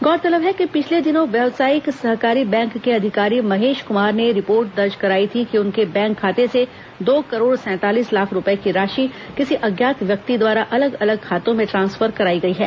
गौरतलब है कि पिछले दिनों व्यावसायिक सहकारी बैंक के अधिकारी महेश कुमार ने रिपोर्ट दर्ज कराई थी कि उनके बैंक खाते से दो करोड़ सैंतालीस लाख रूपये की राशि किसी अज्ञात व्यक्ति द्वारा अलग अलग खातों में ट्रांसफर कराई गई है